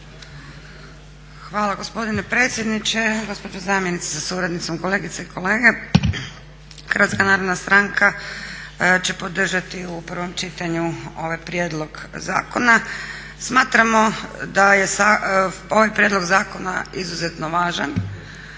Hvala gospodine predsjedniče. Gospođo zamjenice sa suradnicom, kolegice i kolege. HNS će podržati u prvom čitanju ovaj prijedlog zakona. Smatramo da je ovaj prijedlog zakona izuzetno važan,